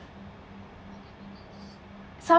some